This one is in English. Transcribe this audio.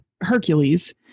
Hercules